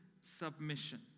submission